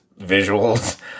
visuals